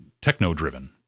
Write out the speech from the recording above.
techno-driven